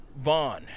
Vaughn